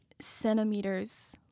centimeters